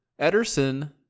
Ederson